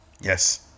Yes